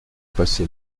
passé